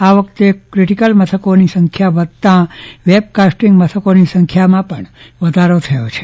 આ વખતે ક્રીટીકલની મથકની સંખ્યા વધતાં વેબ કાસ્ટીંગ મથકોની સંખ્યામાં વધારો થયો છે